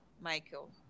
Michael